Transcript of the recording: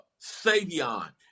Savion